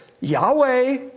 Yahweh